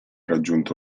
raggiunto